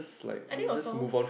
I think also